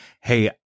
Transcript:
hey